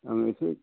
आंनो एसे